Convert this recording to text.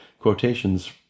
quotations